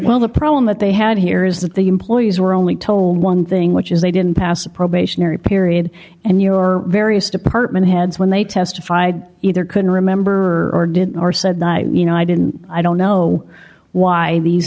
well the problem that they had here is that the employees were only told one thing which is they didn't pass a probationary period and your various department heads when they testified either couldn't remember or did or said knight you know i didn't i don't know why these